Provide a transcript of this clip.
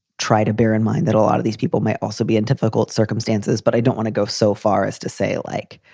try to bear in mind that a lot of these people may also be in difficult circumstances. but i don't want to go so far as to say, like,